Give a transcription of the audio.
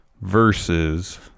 versus